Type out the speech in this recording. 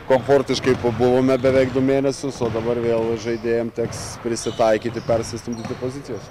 komfortiškai pabuvome beveik du mėnesius o dabar vėl žaidėjam teks prisitaikyti persėsti į pozicijas